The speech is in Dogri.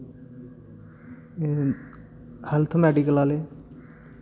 एह् हैल्थ मैडिकल आह्ले